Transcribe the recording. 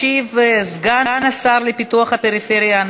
ישיב סגן השר לפיתוח הפריפריה,